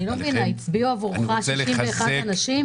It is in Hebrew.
אני לא מבינה, הצביעו עבורך 61 אנשים?